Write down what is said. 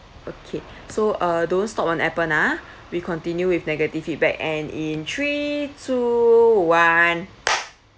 okay so uh don't stop on appen a'ah we continue with negative feedback and in three two one